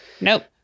nope